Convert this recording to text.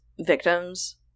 victims